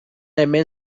hemen